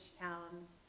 pounds